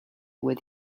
were